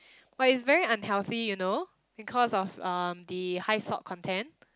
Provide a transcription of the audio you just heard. but is very unhealthy you know because of um the high salt content